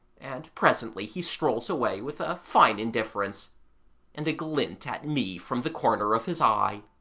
and presently he strolls away with a fine indifference and a glint at me from the corner of his eye.